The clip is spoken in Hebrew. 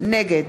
נגד